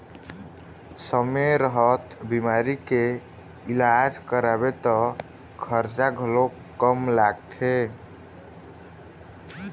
समे रहत बिमारी के इलाज कराबे त खरचा घलोक कम लागथे